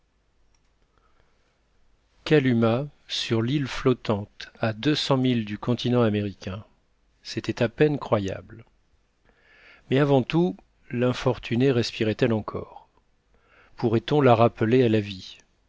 kalumah sur l'île flottante à deux cents milles du continent américain c'était à peine croyable mais avant tout l'infortunée respirait elle encore pourrait-on la rappeler à la vie